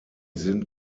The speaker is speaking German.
sind